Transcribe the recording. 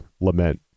lament